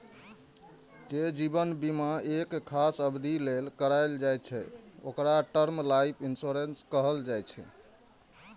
जे जीवन बीमा एक खास अवधि लेल कराएल जाइ छै, ओकरा टर्म लाइफ इंश्योरेंस कहल जाइ छै